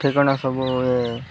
ସବୁ ଏ